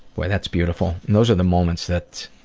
boy, that's beautiful. those are the moments that.